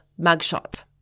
mugshot